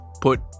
Put